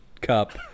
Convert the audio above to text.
cup